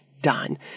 done